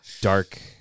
Dark